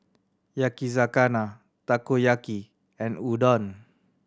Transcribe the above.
Yakizakana Takoyaki and Udon